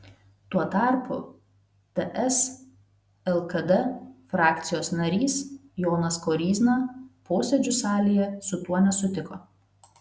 tuo tarpu ts lkd frakcijos narys jonas koryzna posėdžių salėje su tuo nesutiko